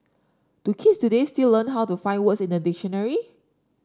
do kids today still learn how to find words in a dictionary